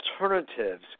alternatives